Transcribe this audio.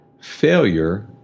failure